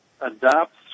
adopts